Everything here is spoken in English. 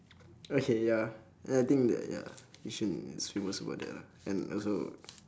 okay ya then I think that ya yishun is famous about that lah and also